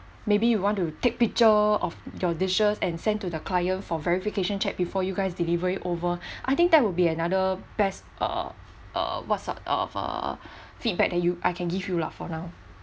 maybe you want to take picture of your dishes and sent to the client for verification check before you guys deliver it over I think that will be another best uh uh what sort of uh feedback that you I can give you lah for now